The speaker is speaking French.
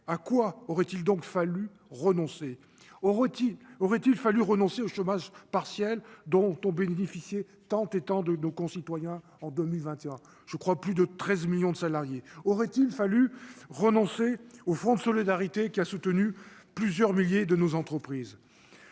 à quoi aurait-il donc fallu renoncer au rôti aurait-il fallu renoncer au chômage partiel, dont ont bénéficié tant et tant de nos concitoyens, en 2021 je crois, plus de 13 millions de salariés aurait-il fallu renoncer au fonds de solidarité qui a soutenu plusieurs milliers de nos entreprises